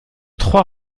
trois